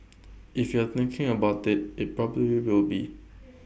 if you're thinking about IT it probably will be